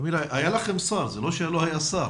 מר מדינה, היה לכם שר, זה לא שלא היה שר.